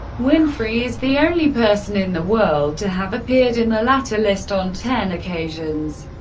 winfrey is the only person in the world to have appeared in the latter list on ten occasions.